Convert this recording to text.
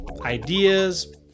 ideas